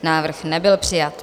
Návrh nebyl přijat.